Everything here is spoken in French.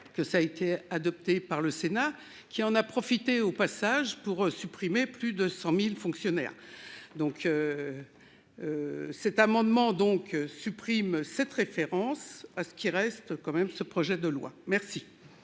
que ça a été adopté par le Sénat qui en a profité au passage pour supprimer plus de 100.000 fonctionnaires. Donc. Cet amendement donc supprime cette référence à ce qui reste quand même ce projet de loi. Merci.